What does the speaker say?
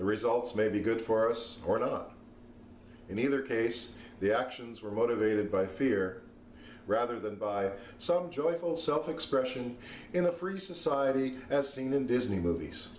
the results may be good for us or not in either case the actions were motivated by fear rather than by some joyful self expression in a free society as seen in disney movies